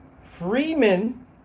Freeman